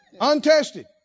Untested